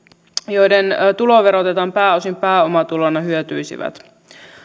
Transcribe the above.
joiden tulo verotetaan pääosin pääomatulona hyötyisivät